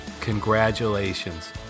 Congratulations